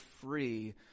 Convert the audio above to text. free